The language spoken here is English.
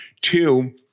Two